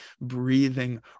breathing